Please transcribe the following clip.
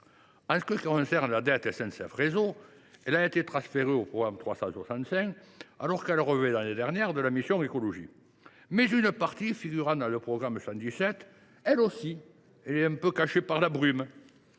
ce qui est de la dette de SNCF Réseau, elle a été transférée au programme 355 alors qu’elle relevait l’année dernière de la mission « Écologie ». Mais une partie, figurant dans le programme 117, est, elle aussi, cachée par la brume.